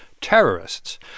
terrorists